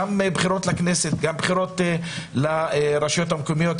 גם בחירות לכנסת, גם לרשויות המקומיות.